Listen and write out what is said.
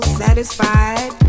satisfied